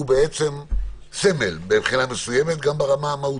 הוא בעצם סמל מבחינת מסוימת גם ברמה המהותית.